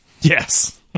Yes